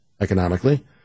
economically